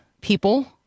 people